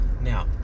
Now